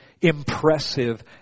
impressive